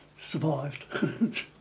survived